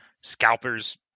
scalpers